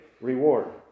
reward